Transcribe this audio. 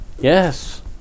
Yes